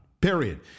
Period